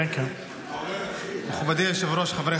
מכובדי היושב-ראש,